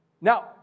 Now